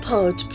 Pod